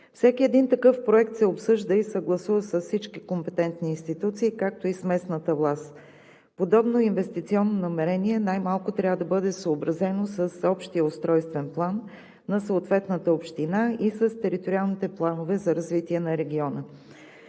Всеки един такъв Проект се обсъжда и съгласува с всички компетентни институции, както и с местната власт. Подобно инвестиционно намерение най-малко трябва да бъде съобразено с Общия устройствен план на съответната община и с териториалните планове за развитие на региона.